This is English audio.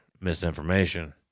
misinformation